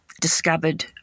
discovered